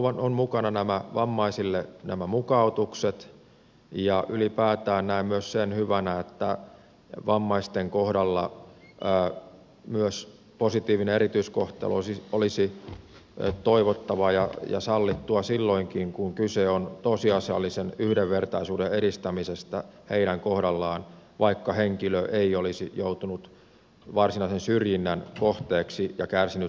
vammaisille on mukana nämä mukautukset ja ylipäätään näen myös sen hyvänä että vammaisten kohdalla myös positiivinen erityiskohtelu olisi toivottavaa ja sallittua silloinkin kun kyse on tosiasiallisen yhdenvertaisuuden edistämisestä heidän kohdallaan vaikka henkilö ei olisi joutunut varsinaisen syrjinnän kohteeksi ja kärsinyt siitä haittaa